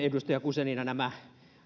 edustaja guzenina nämä